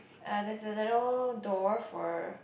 uh there's a little door for